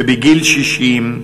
ובגיל 60,